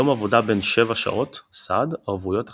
יום עבודה בן שבע שעות, סעד, ערבויות "החברה"